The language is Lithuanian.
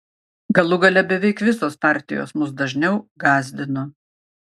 galų gale beveik visos partijos mus dažniau gąsdino